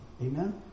Amen